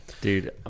Dude